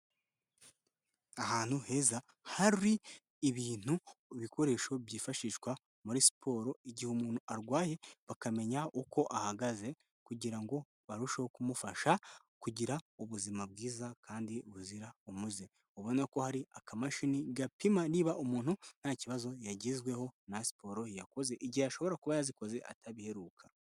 Ahantu heza hari ibintu ibikoresho byifashishwa muri siporo igihe umuntu arwaye bakamenya uko ahagaze kugira barusheho kumufasha kugira ubuzima bwiza kandi buzira umuze, ubona ko hari akamashini gapima niba umuntu nta kibazo yagezweho na siporo yakoze igihe ashobora kuba yazikoze atabiheruka.